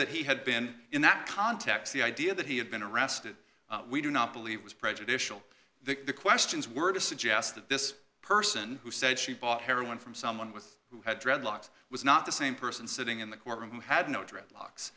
that he had been in that context the idea that he had been arrested we do not believe was prejudicial that the questions were to suggest that this person who said she bought heroin from someone with who had dreadlocks was not the same person sitting in the courtroom who had no dreadlocks